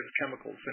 chemicals